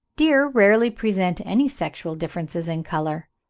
deer rarely present any sexual differences in colour.